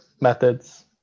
methods